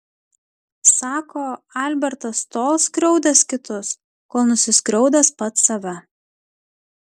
sako albertas tol skriaudęs kitus kol nusiskriaudęs pats save